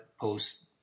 post